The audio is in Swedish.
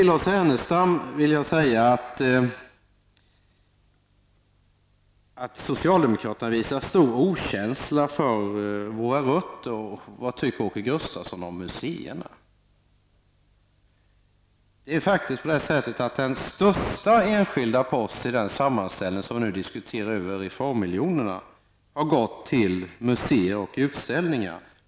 Lars Ernestam säger att socialdemokraterna visar stor okänsla för våra rötter och undrar vad jag tycker om muséerna. Den största enskilda posten i den sammanställning som vi nu diskuterar över reformmiljonerna har gått till muséer och utställningar.